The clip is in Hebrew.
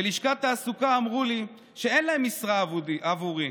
בלשכת התעסוקה אמרו לי שאין להם משרה עבורי,